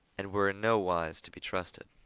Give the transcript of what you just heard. and were in no wise to be trusted.